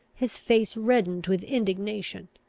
his face reddened with indignation.